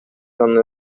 аны